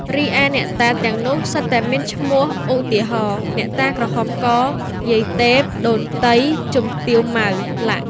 រីឯអ្នកតាទាំងនោះសុទ្ធតែមានឈ្មោះ ឧទាហរណ៍ អ្នកតាក្រហមក យាយទែព ដូនតី ជំទាវ ម៉ៅ។ល។